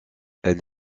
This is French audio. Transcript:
elle